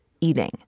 eating